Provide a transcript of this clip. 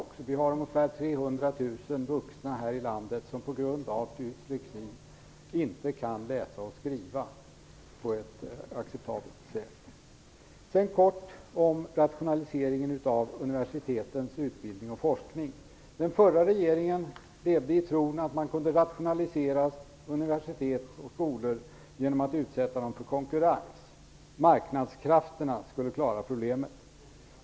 Det finns ungefär 300 000 vuxna här i landet som på grund av dyslexi inte kan läsa och skriva på ett acceptabelt sätt. Så kort om rationaliseringen av universitetens utbildning och forskning. Den förra regeringen levde i tron att man kunde rationalisera universitet och skolor genom att utsätta dem för konkurrens. Marknadskrafterna skulle klara problemet.